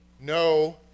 no